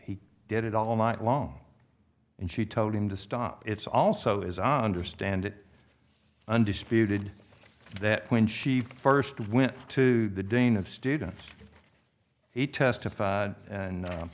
he did it all night long and she told him to stop it's also as i understand it undisputed that when she first went to the dane of students he testified and